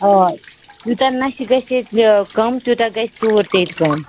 آ یوٗتاہ نَشہٕ گَژھِ ییٚتہِ کم تیٛوٗتاہ گَژھِ ژوٗر تہِ ییٚتہِ کم